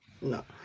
No